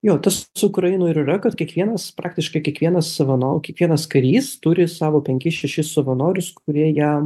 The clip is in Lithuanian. jo tas su ukraina ir yra kad kiekvienas praktiškai kiekvienas savanau kiekvienas karys turi savo penkis šešis savanorius kurie jam